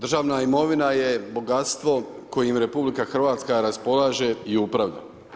Državna imovina je bogatstvo kojim RH raspolaže i upravlja.